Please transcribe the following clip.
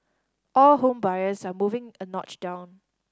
all home buyers are moving a notch down